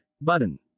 button